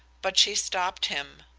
but she stopped him.